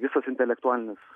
visas intelektualinis